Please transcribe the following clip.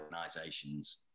organizations